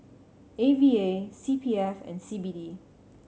A V A C P F and C B D